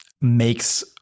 makes